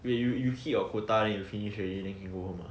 wait you you hit your quota then you finish already then can go home ah